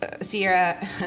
sierra